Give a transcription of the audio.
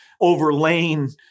overlaying